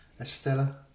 Estella